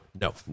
no